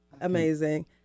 Amazing